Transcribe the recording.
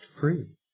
free